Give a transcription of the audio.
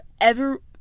ever-